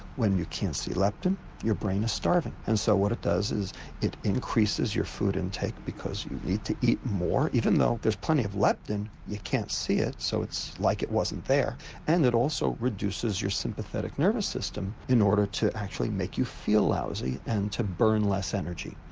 when you can't see leptin your brain is starving, and so what it does is it increases your food intake because you need to eat more even though there's plenty of leptin, you can't see it, so it's like it wasn't there and it also reduces your sympathetic nervous system in order to actually make you feel lousy and to burn less energy.